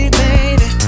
baby